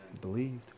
believed